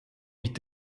mit